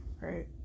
right